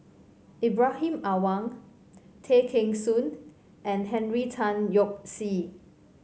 Ibrahim Awang Tay Kheng Soon and Henry Tan Yoke See